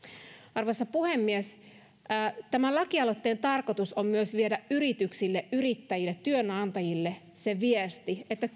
arvoisa puhemies tämän lakialoitteen tarkoitus on myös viedä yrityksille yrittäjille työantajille se viesti että